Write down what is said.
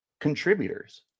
contributors